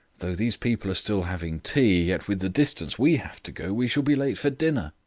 though these people are still having tea, yet with the distance we have to go, we shall be late for dinner.